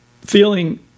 feeling